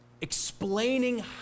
explaining